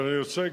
אבל אני רק רוצה,